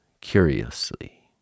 curiously